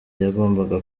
yagombaga